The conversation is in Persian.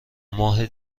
ماه